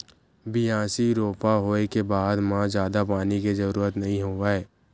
बियासी, रोपा होए के बाद म जादा पानी के जरूरत नइ होवय